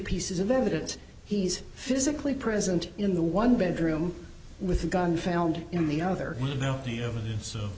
pieces of evidence he's physically present in the one bedroom with a gun found in the other